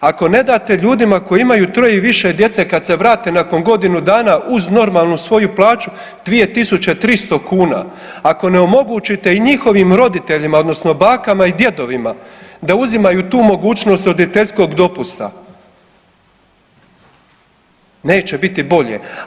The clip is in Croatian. Ako ne date ljudima koji imaju troje i više djece, kad se vrate nakon godinu dana uz normalnu svoju plaću 2300 kuna, ako ne omogućite i njihovim roditeljima, odnosno bakama i djedovima da uzimaju tu mogućnost roditeljskog dopusta, neće biti bolje.